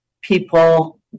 people